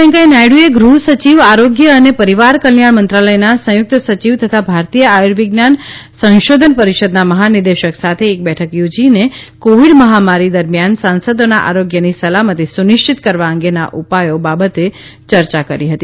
વેકૈયાહ નાયડુએ ગૃહ સચિવ આરોગ્ય અને પરીવાર કલ્યાણ મંત્રાલયના સંયુકત સચિવ તથા ભારતીય આર્યુવિજ્ઞાન સંશોધન પરીષદના મહાનિદેશક સાથે એક બેઠક યોજીને કોવીડ મહામારી દરમિયાન સાંસદોના આરોગ્યની સલામતી સુનિશ્ચિત કરવા અંગેના ઉપાયો બાબતે ચર્ચા કરી હતી